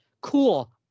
Cool